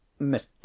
Mr